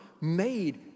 made